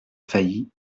faillit